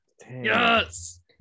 Yes